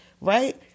Right